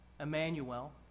Emmanuel